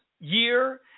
year